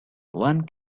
one